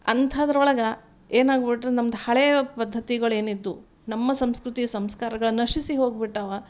ಅಂತಹದ್ರೊಳ್ಗೆ ಎನಾಗ್ಬಿಟ್ರೆ ನಮ್ಮದು ಹಳೆಯ ಪದ್ದತಿಗಳೇನಿದ್ವು ನಮ್ಮ ಸಂಸ್ಕೃತಿ ಸಂಸ್ಕಾರಗಳನ್ನು ನಶಿಸಿ ಹೋಗ್ಬಿಟ್ಟಿವೆ